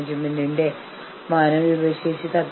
ഞങ്ങൾക്ക് ഉറങ്ങാൻ ഒരു സ്ഥലം വേണം